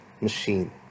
machine